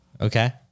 Okay